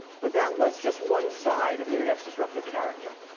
but that was just one side of the internet's disruptive character.